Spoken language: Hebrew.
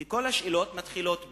כי כל השאלות מתחילות ב: